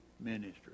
ministry